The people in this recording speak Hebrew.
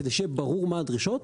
כדי שיהיה ברור מה הדרישות,